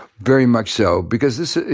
very much so, because this ah